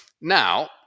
Now